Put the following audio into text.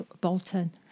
Bolton